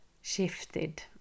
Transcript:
shifted